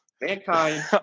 Mankind